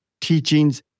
teachings